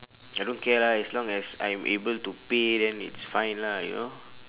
I don't care lah as long as I'm able to pay then it's fine lah you know